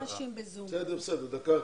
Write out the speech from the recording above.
תודה.